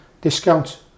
discount